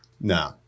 No